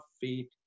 feet